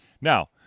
Now